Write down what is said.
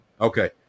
Okay